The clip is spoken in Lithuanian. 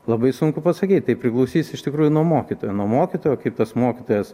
labai sunku pasakyt tai priklausys iš tikrųjų nuo mokytojo nuo mokytojo kaip tas mokytojas